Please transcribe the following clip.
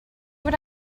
what